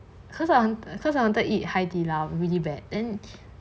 cause I'm cause I wanted to eat 海底捞 really bad end then